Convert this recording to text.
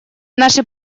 наши